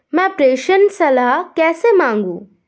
मैं प्रेषण सलाह कैसे मांगूं?